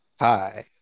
Hi